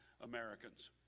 americans